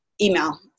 email